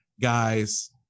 guys